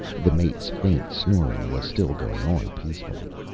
the mate's faint snoring was still going on peacefully.